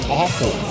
awful